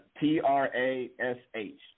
T-R-A-S-H